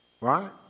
Right